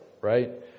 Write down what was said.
right